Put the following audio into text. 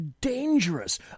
dangerous